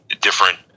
different